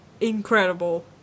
incredible